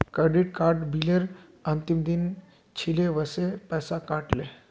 credit card बिलेर अंतिम दिन छिले वसे पैसा कट ले